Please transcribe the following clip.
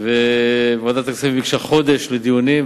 וועדת הכספים ביקשה חודש לדיונים,